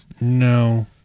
No